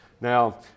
Now